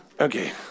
Okay